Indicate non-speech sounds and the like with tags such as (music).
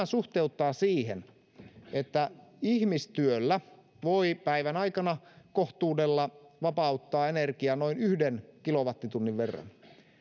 (unintelligible) suhteuttaa siihen että ihmistyöllä voi päivän aikana kohtuudella vapauttaa energiaa noin yhden kilowattitunnin verran